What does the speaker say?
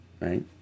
right